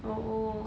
oh